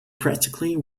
practically